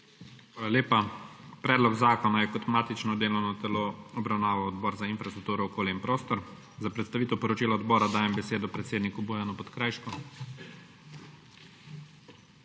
Hvala lepa. Predlog zakona je kot matično delovno telo obravnaval Odbor za infrastrukturo, okolje in prostor. Za predstavitev poročila odbora dajem besedo predsedniku Bojanu Podkrajšku.